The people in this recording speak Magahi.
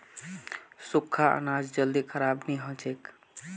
सुख्खा अनाज जल्दी खराब नी हछेक